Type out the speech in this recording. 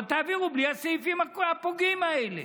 אבל תעבירו בלי הסעיפים הפוגעים האלה.